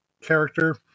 character